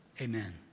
Amen